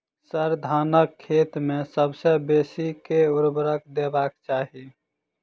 sir, धानक खेत मे सबसँ बेसी केँ ऊर्वरक देबाक चाहि